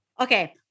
Okay